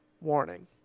Warning